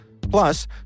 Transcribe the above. Plus